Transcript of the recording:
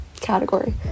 category